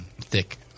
thick